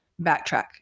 backtrack